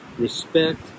respect